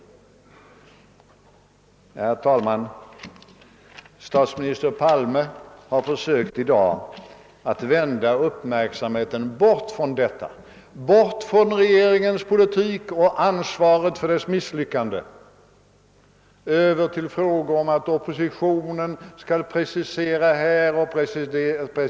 Herr talman! Statsminister Palme har i dag försökt vända uppmärksamheten bort från regeringens politik och ansvaret för dess misslyckande över till krav på att oppositionen skall göra preciseringar här eller där.